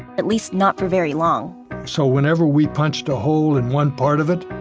at least, not for very long so whenever we punched a hole in one part of it,